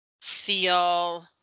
feel